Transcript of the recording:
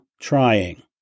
trying